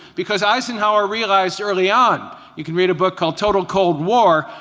because eisenhower realized early on, you can read a book called total cold war,